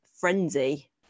frenzy